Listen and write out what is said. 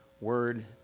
word